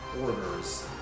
orders